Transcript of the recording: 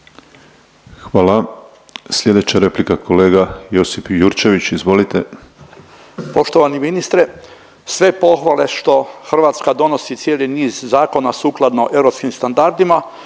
Hvala. Sljedeća replika kolega Josip Jurčević. Izvolite. **Jurčević, Josip (Nezavisni)** Poštovani ministre. Sve pohvale što Hrvatska donosi cijeli niz zakona sukladno europskim standardima,